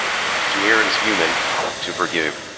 to err is human to forgive,